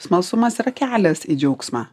smalsumas yra kelias į džiaugsmą